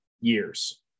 years